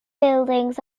buildings